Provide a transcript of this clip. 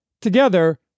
Together